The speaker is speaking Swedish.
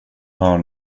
har